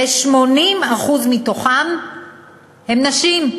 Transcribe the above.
ו-80% מתוכם הן נשים.